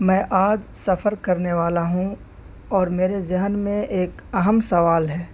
میں آج سفر کرنے والا ہوں اور میرے ذہن میں ایک اہم سوال ہے